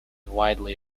widely